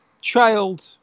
child